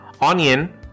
onion